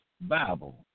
Bible